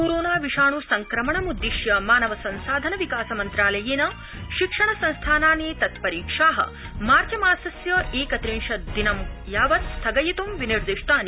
corona विषाण् संक्रमणमृद्रिश्य मानव संसाधन विकासमन्त्रालयेन शिक्षण संस्थानानि तत् परीक्षा मार्च मासस्य एकित्रंश दिनाङ्कं यावत् स्थगयित् विनिर्दिष्टानि